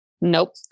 Nope